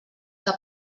que